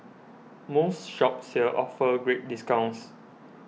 most shops here offer great discounts